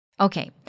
Okay